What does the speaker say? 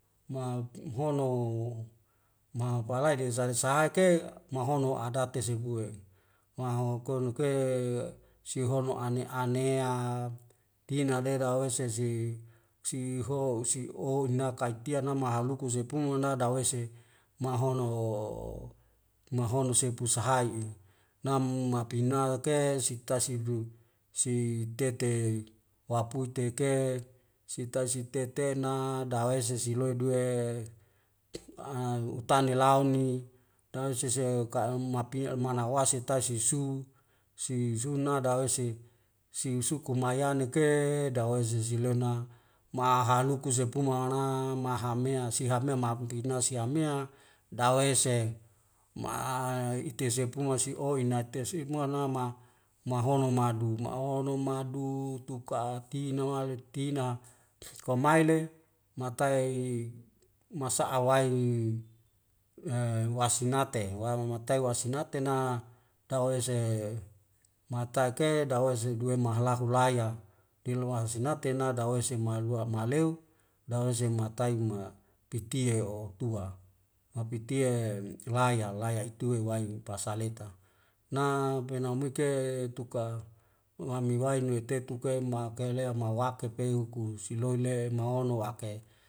Ma utu u'hono ma balai desa desa haike mahono adate sebue maho koro noke'e sihono ane anea tina lera oisa si si ho si o nakatian a namahaluku sepungun na dawese mahono mahono sepu sahai'i namu mapinauk ke sita sidu si tete wapute ke sita sitete na dahawesi si lue due a atune laun ni dawe sese ka'ammapi mana wasitasis su si zuna dawesi si suku mayane ke dawe zizileon na mahaluku sepuma na mahamea si habme maha piuna siabmea dawe se ma ite sepuma si oina tersiubmuana ma mahono madu mahono madu tuka tina wale tina kau mahele matai masa'a waing i e wasngate wa wa matai wasinate na dawese matake dawese duen mahalahu laya. diluar sena tena dawe se maloa maleo dawese matai ma pitie oktua mapitie laya laya itue wain pasaleta na penamike tuka mami wain newe te tuka ma kaelea mawake peu kuru siloi le mahono wake